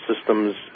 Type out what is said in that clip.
systems